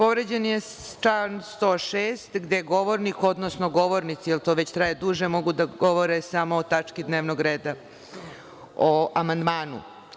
Povređen je član 106. gde govornik, odnosno govornici, jer to već traje duže, mogu da govore samo o tački dnevnog reda, o amandmanu.